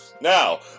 now